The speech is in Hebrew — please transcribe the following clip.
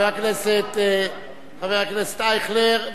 חבר הכנסת אייכלר,